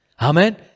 Amen